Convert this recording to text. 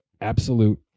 absolute